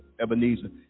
Ebenezer